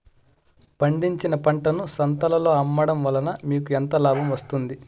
పండించిన పంటను సంతలలో అమ్మడం వలన మీకు ఎంత లాభం వస్తుంది?